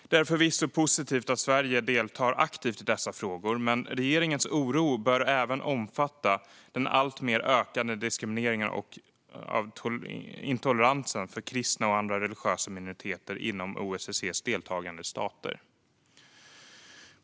Det är förvisso positivt att Sverige deltar aktivt i dessa frågor, men regeringens oro bör även omfatta den alltmer ökande diskrimineringen av och intoleransen mot kristna och andra religiösa minoriteter inom OSSE:s deltagande stater.